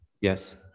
Yes